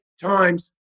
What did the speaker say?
times